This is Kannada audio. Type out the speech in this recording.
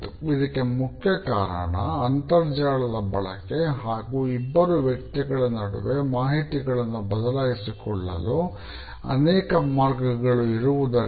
ಇದಕ್ಕೆ ಮುಖ್ಯ ಕಾರಣ ಅಂತರ್ಜಾಲದ ಬಳಕೆ ಹಾಗೂ ಇಬ್ಬರು ವ್ಯಕ್ತಿಗಳ ನಡುವೆ ಮಾಹಿತಗಳನ್ನು ಬದಲಾಯಿಸಿಕೊಳ್ಳಲು ಅನೇಕ ಮಾರ್ಗಗಳು ಇರುವುದರಿಂದ